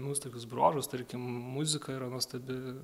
nuostabius bruožus tarkim muzika yra nuostabi